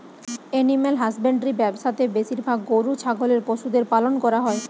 animal husbandry ব্যবসা তে বেশিরভাগ গরু ছাগলের পশুদের পালন করা হই